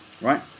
right